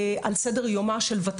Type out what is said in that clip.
לאפשר,